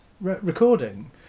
recording